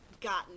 gotten